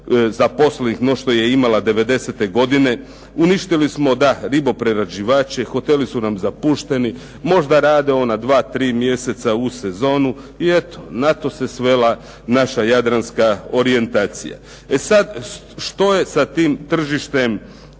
zaposlenih no što je imala '90. godine. Uništili smo, da riboprerađivače, hoteli su nam zapušteni, možda rade ona dva, tri mjeseca uz sezonu. I eto na to se svela naša jadranska orijentacija. E sad što je sa tim tržištem